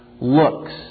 looks